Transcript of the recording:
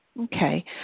Okay